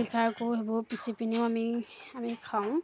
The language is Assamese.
লিখা কোঁ সেইবোৰ পিচি পিনিও আমি আমি খাওঁ